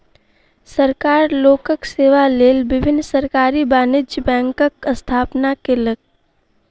सरकार लोकक सेवा लेल विभिन्न सरकारी वाणिज्य बैंकक स्थापना केलक